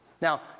Now